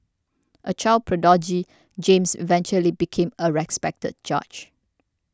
a child prodigy James eventually became a respected judge